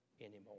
anymore